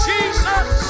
Jesus